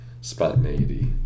spontaneity